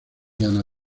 ana